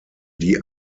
die